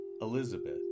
Elizabeth